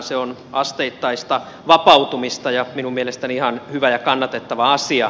se on asteittaista vapautumista ja minun mielestäni ihan hyvä ja kannatettava asia